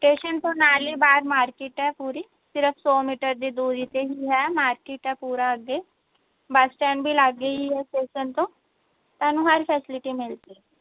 station ਤੋਂ ਨਾਲੇ ਬਾਹਰ ਮਾਰਕੀਟ ਹੈ ਪੂਰੀ ਸਿਰਫ ਸੌ ਮੀਟਰ ਦੀ ਦੂਰੀ 'ਤੇ ਹੀ ਹੈ ਮਾਰਕੀਟ ਹੈ ਪੂਰਾ ਅੱਗੇ ਬੱਸ ਸਟੈਂਡ ਵੀ ਲਾਗੇ ਹੀ ਹੈ ਸਟੇਸ਼ਨ ਤੋਂ ਤੁਹਾਨੂੰ ਹਰ ਫੈਸਿਲਿਟੀ ਮਿਲ ਜੇਗੀ